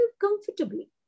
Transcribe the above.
comfortably